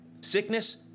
Sickness